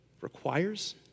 requires